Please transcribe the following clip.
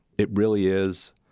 it really is.